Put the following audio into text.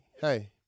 Hey